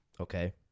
Okay